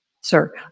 Sir